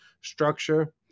structure